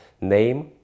name